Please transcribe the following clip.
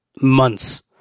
months